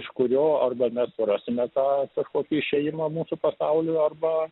iš kurio arba mes surasime tą kažkokį išėjimą mūsų pasauliui arba